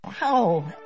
wow